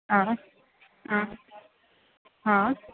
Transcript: ಹಾಂ ಹಾಂ ಹಾಂ